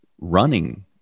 running